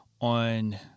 on